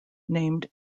named